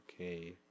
okay